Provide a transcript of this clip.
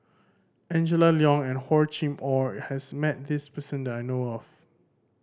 Angela Liong and Hor Chim Or has met this person that I know of